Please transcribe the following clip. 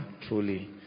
truly